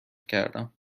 کردم